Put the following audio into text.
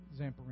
Zamperini